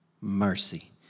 Mercy